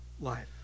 life